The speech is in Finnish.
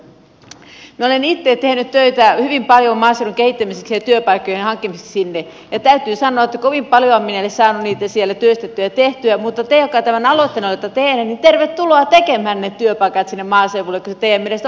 minä olen itse tehnyt hyvin paljon töitä maaseudun kehittämiseksi ja työpaikkojen hankkimiseksi sinne ja täytyy sanoa että kovin paljon minä en ole saanut niitä siellä työstettyä ja tehtyä mutta te jotka tämän aloitteen olette tehneet niin tervetuloa tekemään ne työpaikat sinne maaseudulle kun se teidän mielestänne on niin helppoa